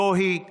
זוהי אנטישמיות,